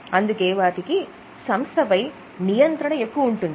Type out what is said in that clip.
అందుకే వారికి సంస్థ పై నియంత్రణ ఎక్కువ ఉంటుంది